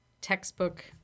textbook